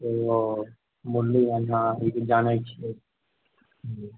ओ मुरलीगंज हँ इ तऽ जानैत छियै